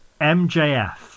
MJF